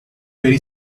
very